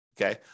Okay